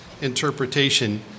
interpretation